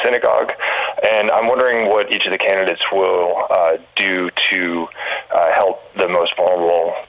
synagogue and i'm wondering what each of the candidates will do to help the most